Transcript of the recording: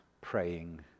praying